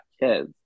kids